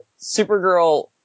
Supergirl